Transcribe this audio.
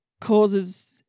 causes